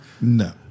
No